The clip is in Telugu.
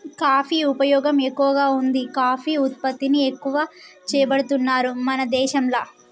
కాఫీ ఉపయోగం ఎక్కువగా వుంది కాఫీ ఉత్పత్తిని ఎక్కువ చేపడుతున్నారు మన దేశంల